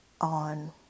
on